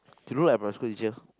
to look like a primary school teacher